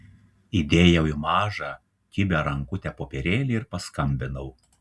įdėjau į mažą kibią rankutę popierėlį ir paskambinau